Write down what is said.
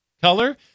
color